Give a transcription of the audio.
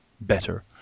better